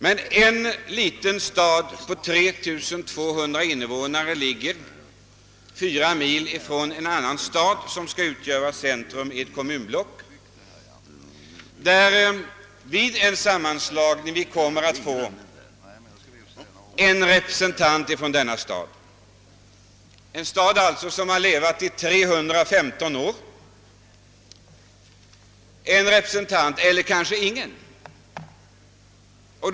Men vår lilla stad — på 3200 invånare — ligger fyra mil från en annan stad som skall utgöra centrum i ett kommunblock. Gränna, en stad som levat i 315 år, kommer vid en sammanslagning att få en — eller kanske ingen — representant i kommunblocket.